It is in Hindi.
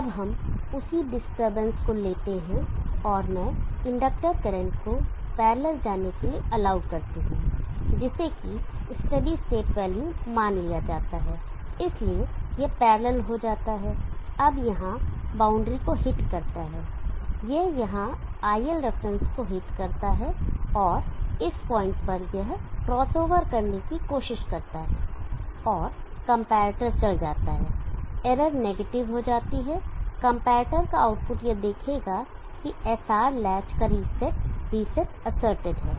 अब हम उसी डिस्टरबेंस को लेते हैं और मैं इंडक्टर करंट को पैरलल जाने के लिए अलाउ करता हूं जिसे की स्टेडी स्टेट वैल्यू मान लिया जाता है इसलिए यह पैरलल हो जाता है अब यहां बाउंड्री को हिट करता है यह यहां iL रेफरेंस को हिट करता है और इस पॉइंट पर यह क्रॉसओवर करने की कोशिश करता है और कंपैरेटर चल जाता है इरर नेगेटिव हो जाती है कंपैरेटर का आउटपुट यह देखेगा कि SR लैच का रीसेट रीसेट असर्टेड है